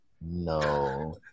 No